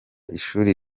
ishuri